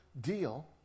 deal